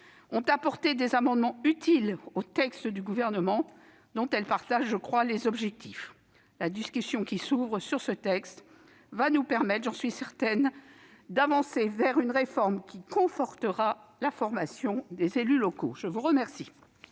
ont apporté des amendements utiles au texte du Gouvernement dont elles partagent, me semble-t-il, les objectifs. La discussion qui s'ouvre sur ce texte nous permettra, j'en suis certaine, d'avancer vers une réforme qui confortera la formation des élus locaux. La parole